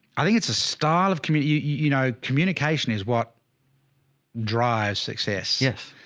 i think it's a style of community. you know, communication is what drives success yes.